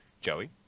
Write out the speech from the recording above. joey